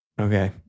Okay